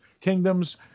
kingdoms